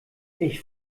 ich